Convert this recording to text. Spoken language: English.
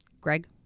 Greg